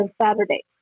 Saturday